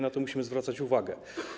Na to musimy zwracać uwagę.